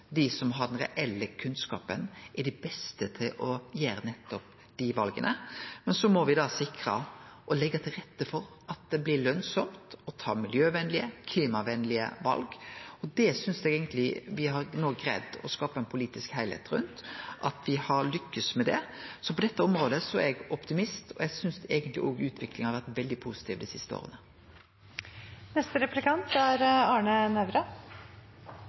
dei som har den reelle kunnskapen, er dei beste til å gjere nettopp dei vala. Men me må sikre og leggje til rette for at det blir lønsamt å ta miljøvenlege, klimavenlege val, og det synest eg eigentleg me no har greidd å skape ein politisk heilskap rundt – at me har lykkast med det. Så på dette området er eg optimist. Eg synest òg at utviklinga eigentleg har vore veldig positiv dei siste åra. Jeg er